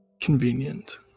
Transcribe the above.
Convenient